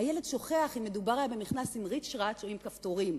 הילד שוכח אם מדובר היה במכנס עם ריצ'רץ' או עם כפתורים,